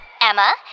Emma